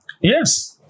Yes